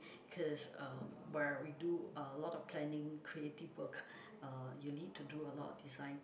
cause um where we do a lot of planning creative work uh you need to do a lot of design